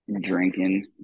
drinking